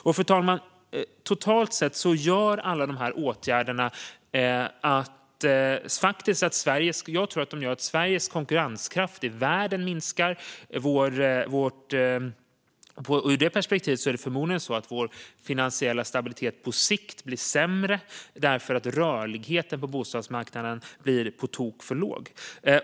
Totalt sett tror jag att alla de här åtgärderna gör att Sveriges konkurrenskraft i världen minskar. I det perspektivet är det förmodligen så att vår finansiella stabilitet på sikt blir sämre, eftersom rörligheten på bostadsmarknaden blir på tok för låg.